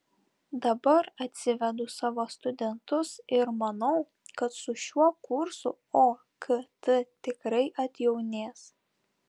dabar atsivedu savo studentus ir manau kad su šiuo kursu okt tikrai atjaunės